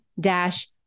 dash